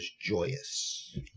joyous